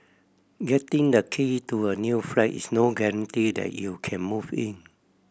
getting the key to a new flat is no guarantee that you can move in